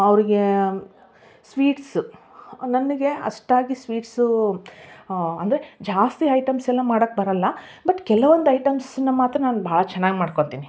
ಅವರಿಗೆ ಸ್ವೀಟ್ಸು ನನಗೆ ಅಷ್ಟಾಗಿ ಸ್ವೀಟ್ಸು ಅಂದರೆ ಜಾಸ್ತಿ ಐಟಮ್ಸ್ ಎಲ್ಲ ಮಾಡೋಕೆ ಬರೋಲ್ಲ ಬಟ್ ಕೆಲವೊಂದು ಐಟಮ್ಸ್ನ ಮಾತ್ರ ನಾನು ಭಾಳ ಚೆನ್ನಾಗಿ ಮಾಡ್ಕೊಳ್ತೀವಿ